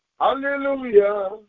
Hallelujah